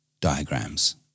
diagrams